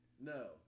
No